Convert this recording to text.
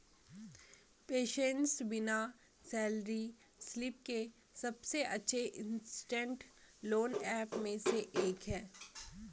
PaySense बिना salary slip के सबसे अच्छे इंस्टेंट लोन ऐप में से एक है